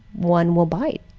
one will bite,